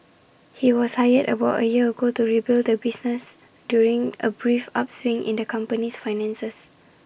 he was hired about A year ago to rebuild the business during A brief upswing in the company's finances